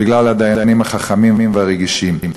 בגלל הדיינים החכמים והרגישים.